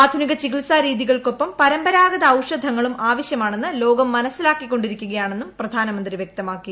ആധുനിക ചികിത്സാ രീതികൾക്കൊപ്പം പരമ്പരാഗത ഔഷധങ്ങളും ആവശ്യമാണെന്ന് ലോകം മനസ്സിലാക്കിക്കൊണ്ടിരിക്കുകയാണെന്നും പ്രധാനമന്ത്രി വ്യക്തമാക്കി